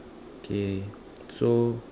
okay so